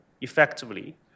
effectively